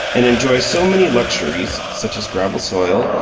and enjoy so many luxuries such as gravel soil,